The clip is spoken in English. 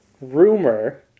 rumor